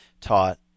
taught